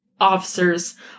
officers